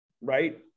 right